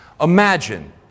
Imagine